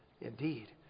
indeed